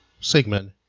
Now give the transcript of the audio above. Sigmund